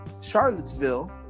Charlottesville